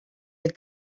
had